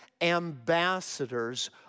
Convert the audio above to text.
ambassadors